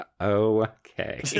okay